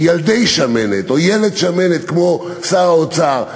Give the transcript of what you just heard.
ילדי שמנת או ילד שמנת כמו שר האוצר,